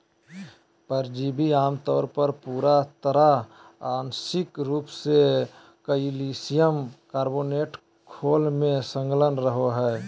परिजीवी आमतौर पर पूरा तरह आंशिक रूप से कइल्शियम कार्बोनेट खोल में संलग्न रहो हइ